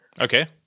Okay